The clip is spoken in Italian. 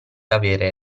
avere